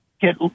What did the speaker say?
get